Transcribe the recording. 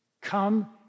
Come